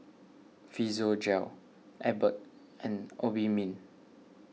Physiogel Abbott and Obimin